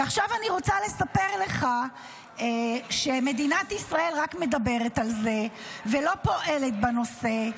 ועכשיו אני רוצה לספר לך שמדינת ישראל רק מדברת על זה ולא פועלת בנושא.